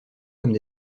comme